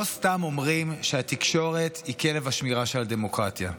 לא סתם אומרים שהתקשורת היא כלב השמירה של הדמוקרטיה.